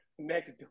next